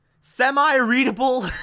semi-readable